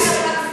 ספורט?